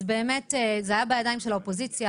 אז באמת, זה היה בידיים של האופוזיציה.